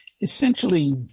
essentially